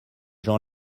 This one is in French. gens